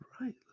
right